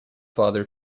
father